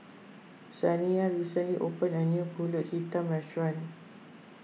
Saniyah recently opened a new Pulut Hitam restaurant